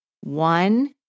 One